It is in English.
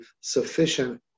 sufficient